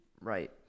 Right